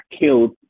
killed